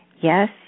Yes